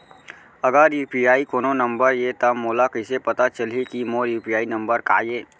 अगर यू.पी.आई कोनो नंबर ये त मोला कइसे पता चलही कि मोर यू.पी.आई नंबर का ये?